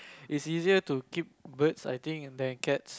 it's easier to keep birds I think than cats